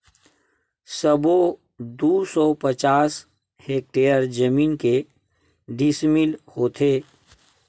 सबो दू सौ पचास हेक्टेयर जमीन के डिसमिल होथे?